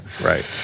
Right